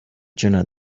jena